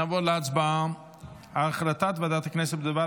נעבור להצבעה על החלטת ועדת הכנסת בדבר